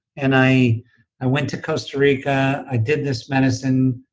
and i i went to costa rica, i did this medicine,